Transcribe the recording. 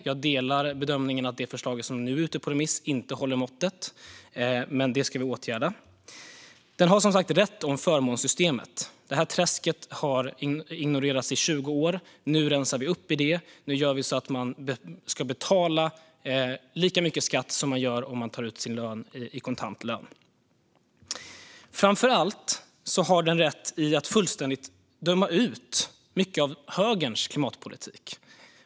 Jag delar bedömningen att det förslag som nu är ute på remiss inte håller måttet, men det ska vi åtgärda. Den har som sagt rätt om förmånssystemet. Det här träsket har ignorerats i 20 år. Nu rensar vi upp i det. Nu gör vi så att man ska betala lika mycket skatt som man gör om man tar ut sin lön i kontantlön. Framför allt har den rätt i att fullständigt döma ut mycket av högerns klimatpolitik.